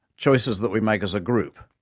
choices that we make as a group.